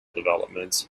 developments